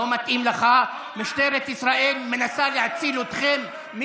לא מתאים לך: משטרת ישראל מנסה להציל אתכם?